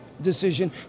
decision